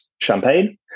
champagne